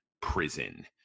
prison